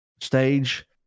stage